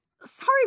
Sorry